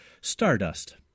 Stardust